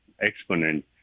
exponent